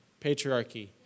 patriarchy